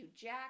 jack